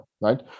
right